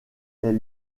est